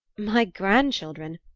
my grandchildren!